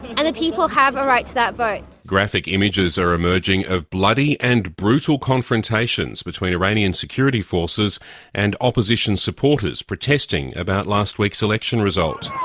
and the people have a right to that vote. graphic images are emerging of bloody and brutal confrontations between iranians security forces and opposition supporters protesting about last week's election result.